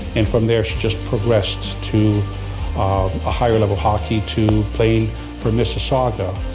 and from there she just progressed to um a higher level hockey to play for mississauga,